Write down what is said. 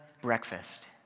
breakfast